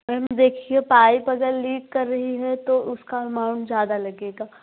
ma'am देखिए pipe अगर leak कर रही है तो उसका अमाउंट ज़्यादा लगेगा